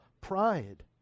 pride